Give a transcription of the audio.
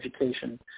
education